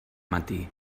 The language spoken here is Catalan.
matí